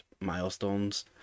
milestones